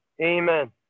Amen